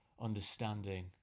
understanding